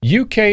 UK